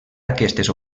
aquestes